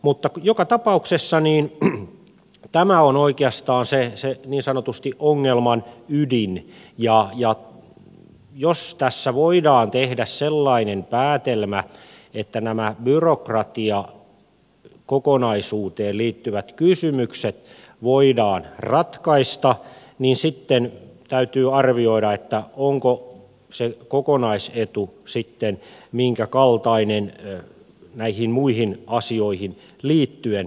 mutta joka tapauksessa tämä on oikeastaan niin sanotusti se ongelman ydin ja jos tässä voidaan tehdä sellainen päätelmä että nämä byrokratiakokonaisuuteen liittyvät kysymykset voidaan ratkaista niin sitten täytyy arvioida onko se kokonaisetu sitten minkäkaltainen näihin muihin asioihin liittyen